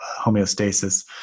homeostasis